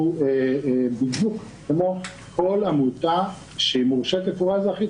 אנחנו בדיוק כמו כל עמותה שמורשת לקבורה אזרחית,